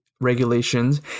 regulations